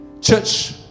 Church